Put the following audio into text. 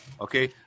Okay